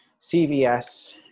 CVS